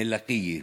לקיה,